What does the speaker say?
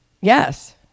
Yes